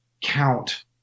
count